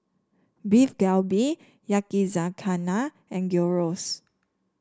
Beef Galbi Yakizakana and Gyros